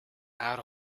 out